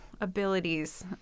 abilities